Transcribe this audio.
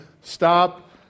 stop